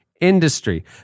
industry